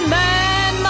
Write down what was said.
man